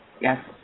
Yes